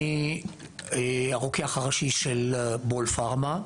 אני הרוקח הראשי של "בול פארמה",